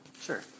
Sure